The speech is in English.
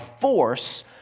force